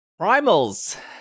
Primals